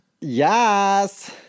Yes